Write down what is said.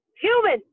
human